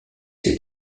ses